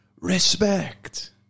Respect